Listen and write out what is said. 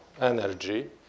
energy